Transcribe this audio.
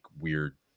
weird